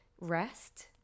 rest